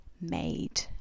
made